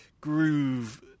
groove